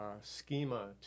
schema